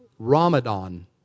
Ramadan